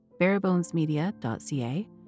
barebonesmedia.ca